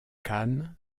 khan